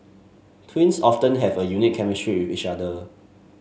twins often have a unique chemistry with each other